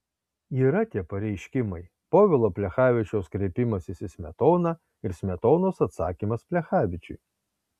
yra tie pareiškimai povilo plechavičiaus kreipimasis į smetoną ir smetonos atsakymas plechavičiui